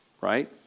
right